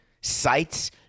sites